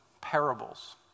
parables